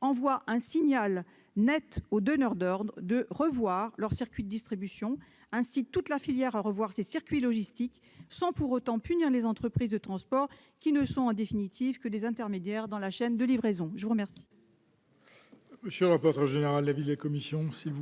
envoie un signal net aux donneurs d'ordre : revoir leurs circuits de distribution. Elle incite toute la filière à revoir ses circuits logistiques sans pour autant punir les entreprises de transport, qui ne sont, en définitive, que des intermédiaires dans la chaîne de livraison.